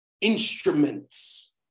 instruments